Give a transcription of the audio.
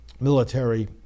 military